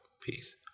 Peace